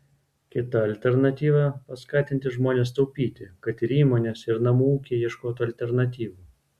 kita alternatyva paskatinti žmones taupyti kad ir įmonės ir namų ūkiai ieškotų alternatyvų